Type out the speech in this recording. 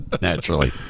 Naturally